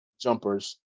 jumpers